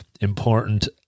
important